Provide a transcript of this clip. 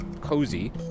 cozy